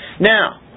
Now